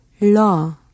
law